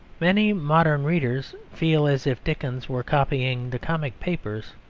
many modern readers feel as if dickens were copying the comic papers,